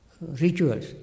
Rituals